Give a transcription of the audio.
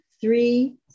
three